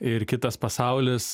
ir kitas pasaulis